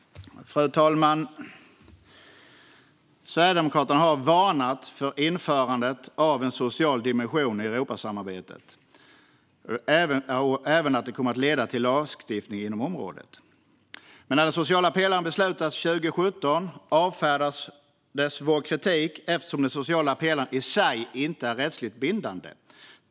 Fru talman! Sverigedemokraterna har varnat för att införandet av en social dimension i Europasamarbetet även kommer att leda till lagstiftning inom området. Men när den sociala pelaren beslutades 2017 avfärdades vår kritik eftersom den sociala pelaren i sig inte är rättsligt bindande.